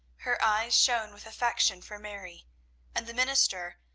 her eyes shone with affection for mary and the minister,